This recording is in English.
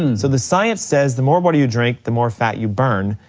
and so the science says the more water you drink, the more fat you burn,